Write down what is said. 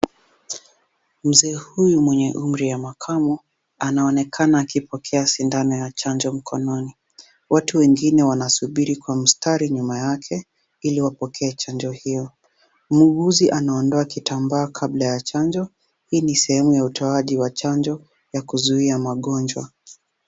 Mzee huyu mwenye umri wa makamo anaonekana akipokea sindano ya chanjo mkononi. Watu wengine wanasubiri kwa mstari nyuma yake, ili wapokee chanjo hiyo. Muuguzi anaondoa kitambaa kabla ya chanjo. Hii ni sehemu ya utoaji wa chanjo ya kuzuia magonjwa.